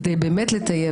כדי באמת לטייב.